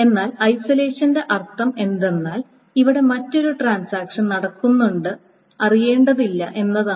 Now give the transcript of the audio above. എന്നാൽ ഐസലേഷന്റെ അർത്ഥം എന്തെന്നാൽ ഇവിടെ മറ്റൊരു ട്രാൻസാക്ഷൻ നടക്കുന്നുണ്ടെന്ന് അറിയേണ്ടതില്ല എന്നതാണ്